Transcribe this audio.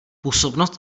působnost